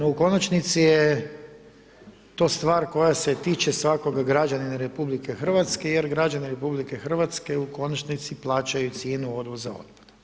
U konačnici je to stvar koja se tiče svakoga građanina RH, jer građanin RH, u konačnici plaćaju cijenu odvoza otpadom.